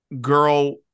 girl